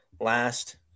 last